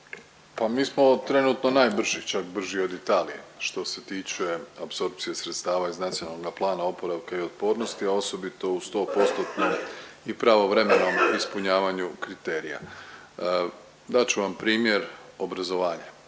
mi smo trenutno najbrži, čak brži od Italije što se tiče apsorpcije sredstava iz Nacionalnoga plana oporavka i otpornosti, a osobito u sto postotnom i pravovremenom ispunjavanju kriterija. Dat ću vam primjer obrazovanja.